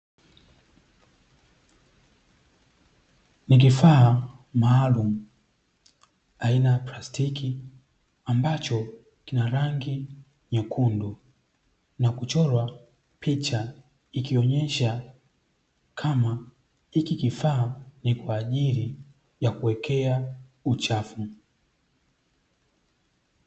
Ni kifaa maalumu aina ya plastiki, ambacho kina rangi nyekundu na kuchorwa picha. Ikionesha kama hiki kifaa, ni kwa ajili yakuwekea uchafu.